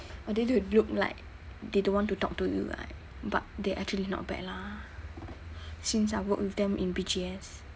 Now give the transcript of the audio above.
although they look like they don't want to talk to you right but they actually not bad lah since I work with them in B_G_S